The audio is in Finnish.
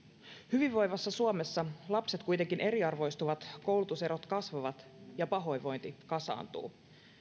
hyvinvoivassa suomessa lapset kuitenkin eriarvoistuvat koulutuserot kasvavat ja pahoinvointi kasaantuu